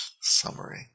Summary